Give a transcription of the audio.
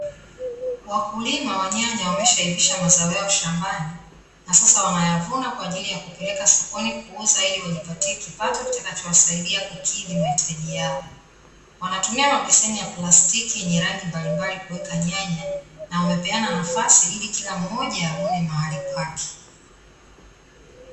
Wakulima wa nyanya wameshaivisha mazao yao shambani, na sasa wanayavuna kwa ajili ya kupeleka sokoni kuuza ili wajipatie kipato kitakachowasaidia kukidhi mahitaji yao. Wanatumia mabeseni ya plastiki yenye rangi mbalimbali kuweka nyanya, na wamepeana nafasi ili kila mmoja avune mahali pake.